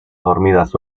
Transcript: dormidas